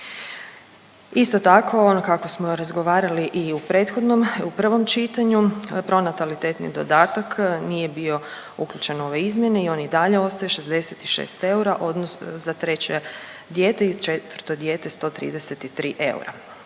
Isto tako ono kako smo razgovarali i u prethodnom i u prvom čitanju pronatalitetni dodatak nije bio uključen u ove izmjene i on i dalje ostaje 66 eura odnosno za treće dijete i četvrto dijete 133 eura.